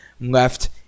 left